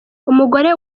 umugore